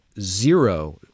zero